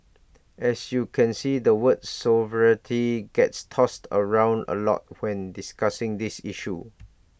as you can see the word sovereignty gets tossed around A lot when discussing this issue